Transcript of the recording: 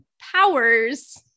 powers